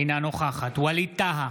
אינה נוכחת ווליד טאהא,